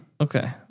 Okay